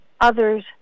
others